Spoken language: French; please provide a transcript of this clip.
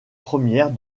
première